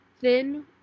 thin